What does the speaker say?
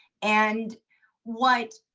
and what